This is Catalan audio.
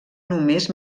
només